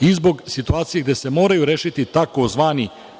i zbog situacije gde se moraju rešiti tzv.